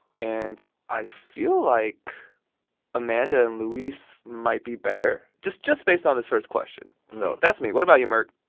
and i feel like amanda and luis might be better just just based on this first question. so that's me. what about you, merk?